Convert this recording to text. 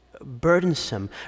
burdensome